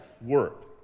work